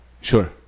Sure